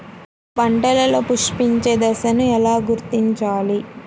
పంటలలో పుష్పించే దశను ఎలా గుర్తించాలి?